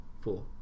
Four